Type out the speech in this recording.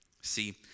See